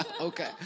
Okay